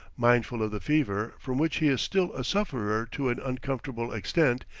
mindful of the fever, from which he is still a sufferer to an uncomfortable extent,